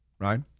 right